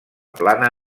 plana